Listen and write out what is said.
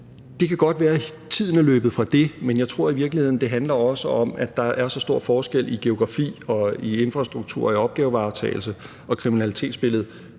Det kan godt være, at tiden er løbet fra det, men jeg tror i virkeligheden også, det handler om, at der er så stor forskel i geografi, infrastruktur, opgavevaretagelse og kriminalitetsbillede.